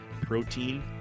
protein